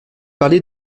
parlé